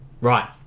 Right